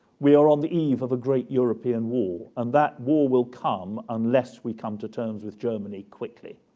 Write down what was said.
we are on the eve of a great european war and that war will come unless we come to terms with germany quickly.